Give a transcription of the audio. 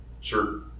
sure